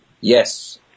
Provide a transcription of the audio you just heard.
Yes